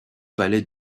palais